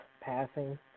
passing